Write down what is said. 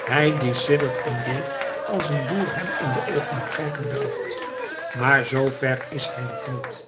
hij die siddert en beeft als een boer hem in de oogen kijken durft maar z ver is hij nog niet